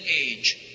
age